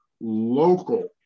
local